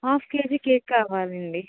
half K G cake కావాలండి